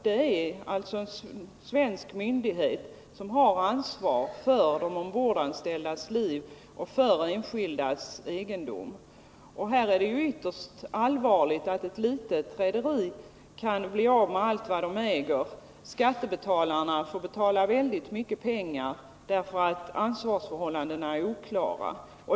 Det är alltså en svensk myndighet som har ansvaret för de ombordanställdas liv och för enskildas egendom. Det är ytterst allvarligt att ett litet rederi kan bli av med allt vad det äger. Skattebetalarna får betala väldigt mycket pengar på grund av att ansvarsförhållandena är oklara.